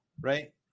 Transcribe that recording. Right